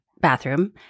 bathroom